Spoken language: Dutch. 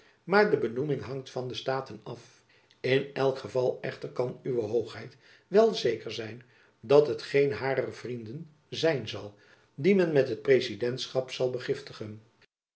de benoeming hangt van de staten af in elk geval echter kan uwe hoogheid wel zeker zijn dat het geen harer vrienden zijn zal dien men met het presidentschap zal